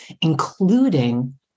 including